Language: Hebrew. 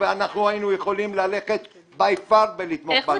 ואנחנו היינו יכולים ללכת הרחק ולתמוך בנושא הזה.